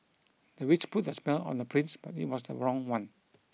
the witch put a spell on the prince but it was the wrong one